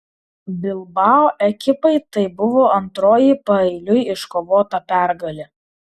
bilbao ekipai tai buvo antroji paeiliui iškovota pergalė